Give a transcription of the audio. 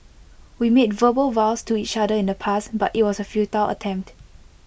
we made verbal vows to each other in the past but IT was A futile attempt